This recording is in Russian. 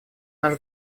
наш